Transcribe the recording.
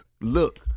look